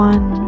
One